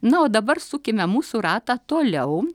na o dabar sukime mūsų ratą toliau